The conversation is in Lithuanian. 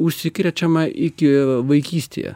užsikrečiama iki vaikystėje